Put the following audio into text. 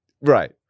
right